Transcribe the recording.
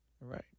right